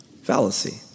Fallacy